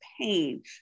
pain